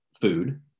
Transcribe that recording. food